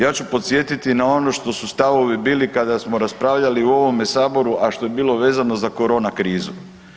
Ja ću podsjetiti na ono što su stavovi bili kada smo raspravljali u ovome saboru, a što je bilo vezano za korona krizu.